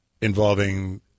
involving